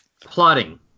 plotting